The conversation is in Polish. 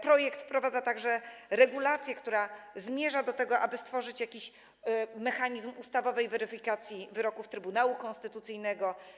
Projekt wprowadza także regulację, która zmierza do tego, aby stworzyć jakiś mechanizm ustawowej weryfikacji wyroków Trybunału Konstytucyjnego.